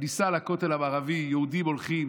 בכניסה לכותל המערבי, יהודים הולכים